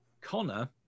Connor